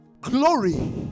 Glory